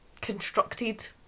constructed